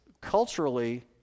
culturally